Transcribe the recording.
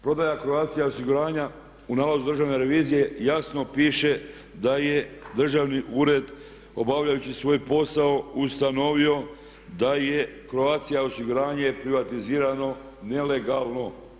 Prodaja Croatia osiguranja u nalazu Državne revizije jasno piše da je Državni ured obavljajući svoj posao ustanovio da je Croatia osiguranje privatizirano nelegalno.